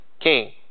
King